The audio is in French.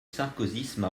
sarkozysme